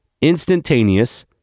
instantaneous